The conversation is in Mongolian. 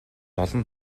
олон